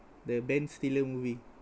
the ben stiller movie